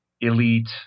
elite